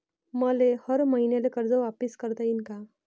मले हर मईन्याले कर्ज वापिस करता येईन का?